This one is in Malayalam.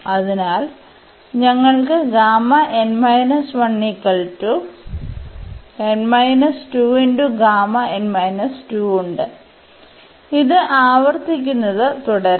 അതിനാൽ ഞങ്ങൾക്ക് ഉണ്ട് ഇത് ആവർത്തിക്കുന്നത് തുടരാം